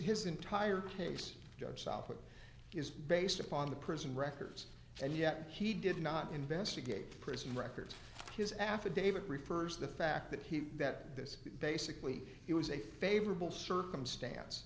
his entire case judge southwick is based upon the prison records and yet he did not investigate prison records his affidavit refers to the fact that he that this basically it was a favorable circumstance